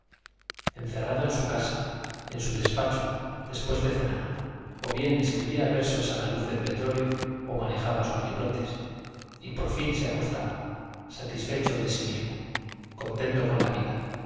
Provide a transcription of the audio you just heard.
encerrado en su casa en su despacho después de cenar o bien escribía versos a la luz del petróleo o manejaba sus librotes y por fin se acostaba satisfecho de sí mismo contento con la vida